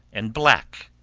and black.